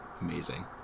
amazing